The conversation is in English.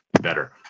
better